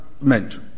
meant